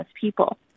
People